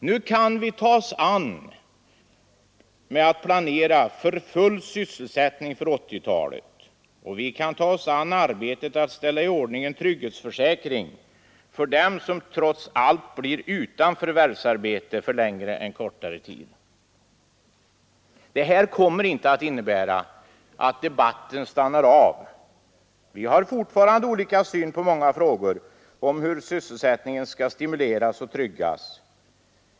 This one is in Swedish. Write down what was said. Nu kan vi gripa oss an med att planera för full sysselsättning för 1980-talet, och vi kan ta oss an arbetet med att ställa i ordning en trygghetsförsäkring för dem som trots allt blir utan förvärvsarbete under längre eller kortare tid. Det här kommer inte att innebära att debatten stannar av. Vi har fortfarande olika syn på många frågor om hur sysselsättningen skall stimuleras och tryggas.